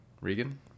Regan